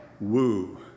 woo